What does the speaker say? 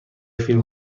فیلم